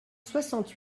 soixante